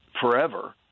forever